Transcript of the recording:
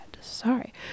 sorry